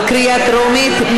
בקריאה טרומית.